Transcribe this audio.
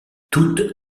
toutes